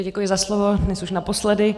Děkuji za slovo, dnes už naposledy.